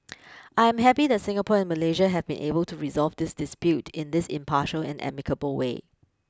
I am happy that Singapore and Malaysia have been able to resolve this dispute in this impartial and amicable way